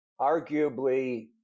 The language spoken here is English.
Arguably